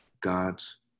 God's